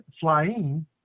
flying